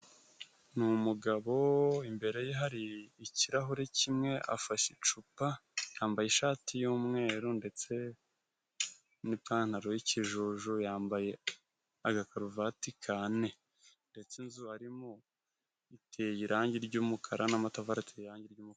Ni umugabo imbere ye hari ikirahure kimwe afashe icupa ,yambaye ishati y'umweru ndetse n'ipantaro y'ikijuju yambaye aga karuvati ka ne, ndetse inzu arimo iteye irangi ry'umukara n'amatafari ateye irangi ry'umukara.